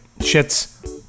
Shit's